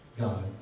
God